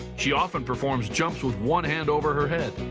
she often performed jumps with one hand over her head,